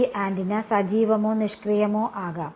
ഈ ആന്റിന സജീവമോ നിഷ്ക്രിയമോ ആകാം